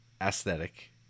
aesthetic